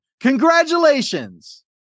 Congratulations